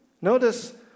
notice